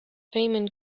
payment